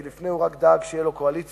כי לפני הוא רק דאג שתהיה לו קואליציה